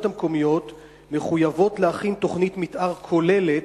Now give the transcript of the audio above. המקומיות מחויבות להכין תוכנית מיתאר כוללת,